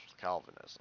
Calvinism